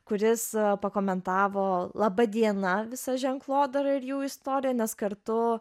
kuris pakomentavo laba diena visą ženklodarą ir jų istoriją nes kartu